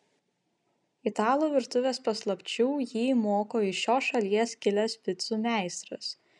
italų virtuvės paslapčių jį moko iš šios šalies kilęs picų meistras